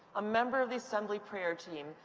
a member of the assembly prayer team,